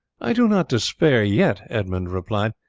i do not despair yet, edmund replied.